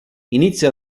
inizia